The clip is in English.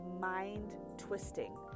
mind-twisting